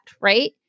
right